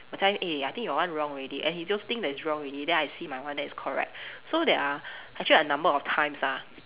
我猜 eh I think your one wrong already and he don't think that it's wrong already then I see my one then it's correct so there are actually a number of times ah